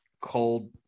cold